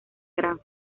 gran